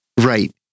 Right